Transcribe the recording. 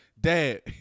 Dad